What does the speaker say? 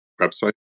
website